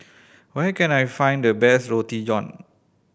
where can I find the best Roti John